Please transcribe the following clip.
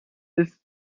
ist